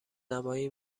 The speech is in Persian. نمایی